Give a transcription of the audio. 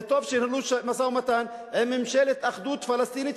זה טוב שינהלו משא-ומתן עם ממשלת אחדות פלסטינית,